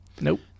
Nope